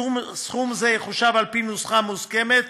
סכום זה יחושב על-פי נוסחה מוסכמת,